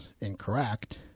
incorrect